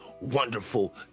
wonderful